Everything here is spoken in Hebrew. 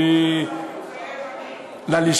למה אתה לא מודה לאיתן כבל?